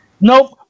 nope